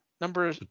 number